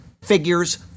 figures